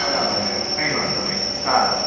બરાબર મેમ કંઈ વાંધો નહીં સારું